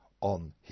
on